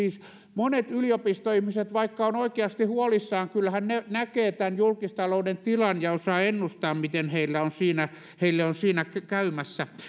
monet yliopistoihmiset ovat oikeasti huolissaan kyllähän he näkevät tämän julkistalouden tilan ja osaavat ennustaa miten heille on siinä käymässä